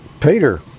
Peter